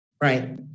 Right